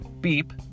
Beep